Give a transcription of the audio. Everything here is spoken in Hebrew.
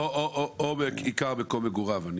או עיקר מקום מגוריו.